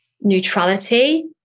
neutrality